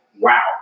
wow